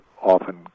often